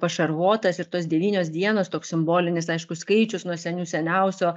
pašarvotas ir tos devynios dienos toks simbolinis aišku skaičius nuo senių seniausio